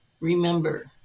Remember